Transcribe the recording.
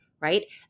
right